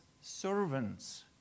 servants